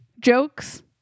jokes